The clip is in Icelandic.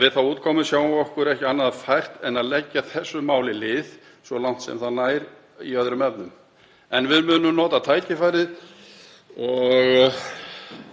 við þá útkomu sjáum við okkur ekki annað fært en að leggja þessu máli lið, svo langt sem það nær í öðrum efnum. En við munum nota þau tækifæri sem